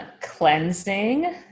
Cleansing